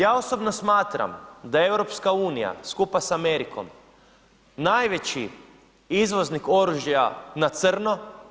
Ja osobno smatram da je EU skupa sa Amerikom najveći izvoznik oružja na crno.